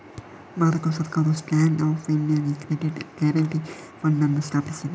ಭಾರತ ಸರ್ಕಾರವು stand up ಇಂಡಿಯಾಗೆ credit guarantee fund ಅನ್ನು ಸ್ಥಾಪಿಸಿದೆ